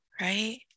right